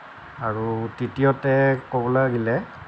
আৰু তৃতীয়তে ক'ব লাগিলে